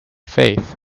faith